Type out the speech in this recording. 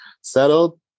settled